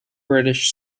british